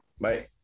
Bye